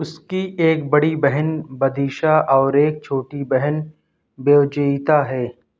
اس کی ایک بڑی بہن بدیشا اور ایک چھوٹی بہن بیوجئیتا ہے